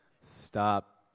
Stop